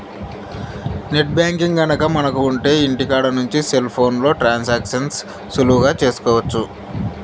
net banking గనక మనకు ఉంటె ఇంటికాడ నుంచి సెల్ ఫోన్లో ట్రాన్సాక్షన్స్ సులువుగా చేసుకోవచ్చు